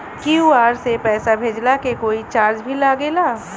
QR से पैसा भेजला के कोई चार्ज भी लागेला?